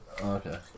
Okay